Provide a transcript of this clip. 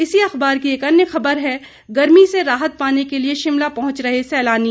इसी अखबार की एक अन्य खबर है गर्मी से राहत पाने के लिए शिमला पहुंच रहे सैलानी